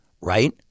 Right